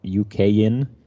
UK-in